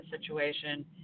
situation